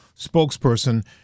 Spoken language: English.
spokesperson